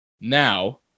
now